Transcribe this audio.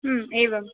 एवम्